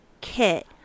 kit